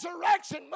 resurrection